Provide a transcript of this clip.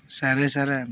సరే సరే అన్నా